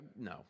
No